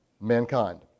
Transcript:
mankind